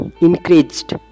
increased